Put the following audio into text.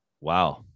wow